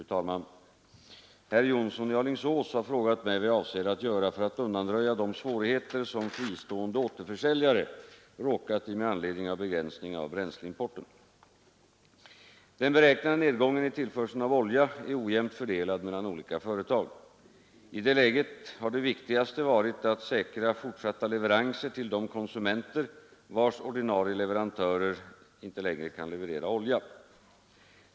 Fru talman! Herr Jonsson i Alingsås har frågat mig vad jag avser att göra för att undanröja de svårigheter som fristående återförsäljare råkat i med anledning av begränsningen av bränsleimporten. Den beräknade nedgången i tillförseln av olja är ojämnt fördelad mellan olika företag. I detta läge har det viktigaste varit att säkra fortsatta leveranser till de konsumenter vilkas ordinarie leverantörer ej längre kan leverera olja.